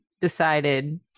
decided